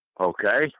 Okay